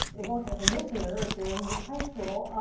it won't happen this year if you're in this high school.